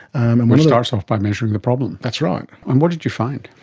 and which starts off by measuring the problem. that's right. and what did you find?